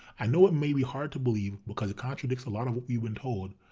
i know it may be hard to believe because it contradicts a lot of what we've been told,